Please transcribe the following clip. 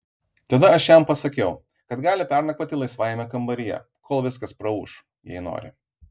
tada aš jam pasakiau kad gali pernakvoti laisvajame kambaryje kol viskas praūš jei nori